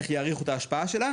איך יאריכו את ההשפעה שלה,